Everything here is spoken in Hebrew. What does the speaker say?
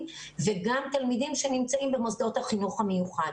ועל תלמידים שנמצאים במוסדות החינוך המיוחד.